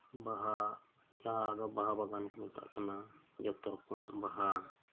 ᱵᱟᱦᱟ ᱡᱟᱦᱟᱸᱫᱚ ᱵᱟᱦᱟ ᱵᱟᱜᱟᱱᱠᱩ ᱢᱮᱛᱟᱜ ᱠᱟᱱᱟ ᱡᱚᱛᱚᱨᱚᱠᱚᱢᱟᱜ ᱵᱟᱦᱟ